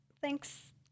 Thanks